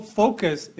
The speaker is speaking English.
focus